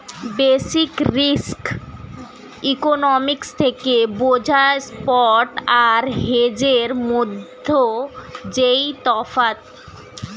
basic risk economics থেকে বোঝা spot আর হেজের মধ্যে যেই তফাৎ